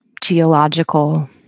geological